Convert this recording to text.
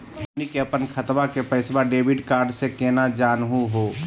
हमनी के अपन खतवा के पैसवा डेबिट कार्ड से केना जानहु हो?